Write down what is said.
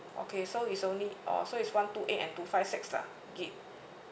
okay so is only oh so it's one two eight and two five six lah gig